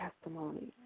testimony